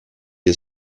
est